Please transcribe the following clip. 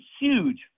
huge